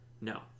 No